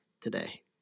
today